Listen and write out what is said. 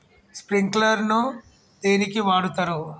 Sprinkler ను దేనికి వాడుతరు?